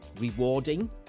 rewarding